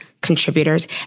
contributors